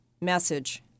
message